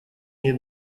ней